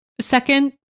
Second